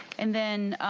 and then